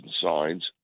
signs